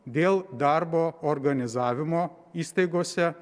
dėl darbo organizavimo įstaigose